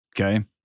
Okay